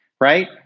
right